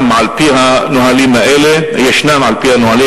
על-פי הנהלים האלה,